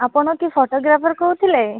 ଆପଣ କି ଫୋଟୋଗ୍ରାଫର୍ କହୁଥିଲେ